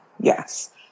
yes